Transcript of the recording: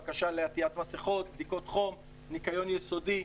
בקשה לעטות מסיכות, בדיקות חום, ניקיון יסודי.